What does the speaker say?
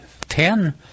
Ten